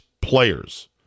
players